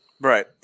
Right